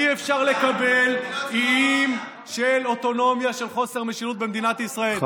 אי-אפשר לקבל איים של אוטונומיה של חוסר משילות במדינת ישראל,